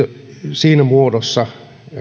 siinä muodossa